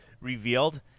revealed